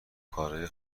کارای